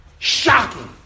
Shocking